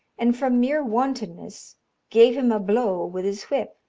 and from mere wantonness gave him a blow with his whip.